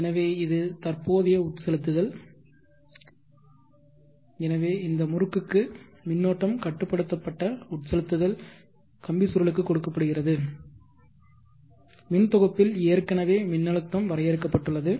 எனவே இது தற்போதைய உட்செலுத்துதல் எனவே இந்த முறுக்குக்கு மின்னோட்டம் கட்டுப்படுத்தப்பட்ட உட்செலுத்துதல் கம்பி சுருளுக்கு கொடுக்கப்படுகிறது மின் தொகுப்பில் ஏற்கனவே மின்னழுத்தம் வரையறுக்கப்பட்டுள்ளது